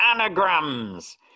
anagrams